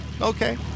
Okay